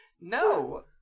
No